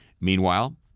Meanwhile